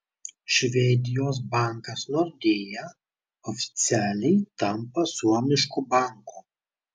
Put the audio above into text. švedijos bankas nordea oficialiai tampa suomišku banku